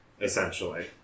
essentially